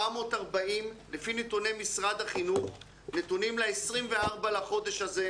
לפי נתוני משרד החינוך, נתונים ל-24 לחודש הזה,